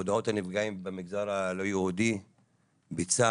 הודעות הנפגעים במגזר הלא יהודי בצה"ל,